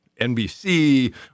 NBC